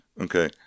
okay